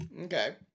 Okay